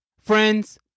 Friends